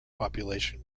population